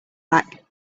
back